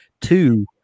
Two